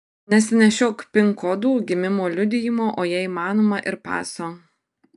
nesinešiok pin kodų gimimo liudijimo o jei įmanoma ir paso